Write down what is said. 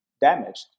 damaged